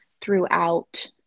throughout